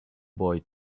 boy